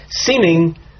seeming